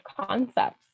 concepts